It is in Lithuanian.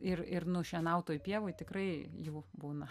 ir ir nušienautoj pievoj tikrai jų būna